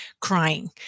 crying